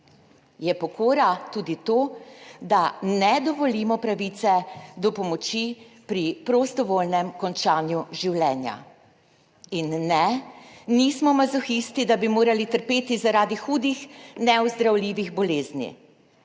Je pokora tudi to, da ne dovolimo pravice do pomoči pri prostovoljnem končanju življenja, in ne, nismo mazohisti, da bi morali trpeti zaradi hudih, neozdravljivih bolezni.